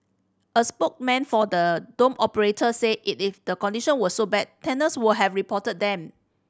a spokesman for the dorm operator said it if the condition were so bad tenants would have reported them